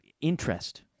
interest